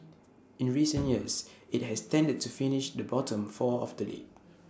in recent years IT has tended to finish the bottom four of the league